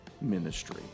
ministry